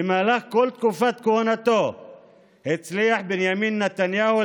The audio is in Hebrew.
במהלך כל תקופת כהונתו הצליח בנימין נתניהו